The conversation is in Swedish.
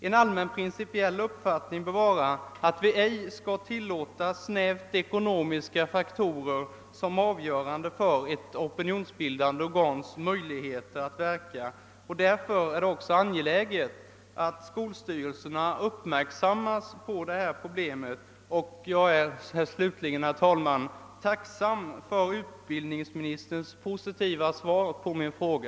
En allmän principiell uppfattning bör vara, att vi inte skall tillåta att snävt ekonomiska faktorer får vara avgörande för ett opinionsbildande organs möjligheter att verka. Därför är det också angeläget att skolstyrelserna uppmärksammas på detta problem. Herr talman! Jag är självfallet tacksam för utbildningsministerns positiva svar på min fråga.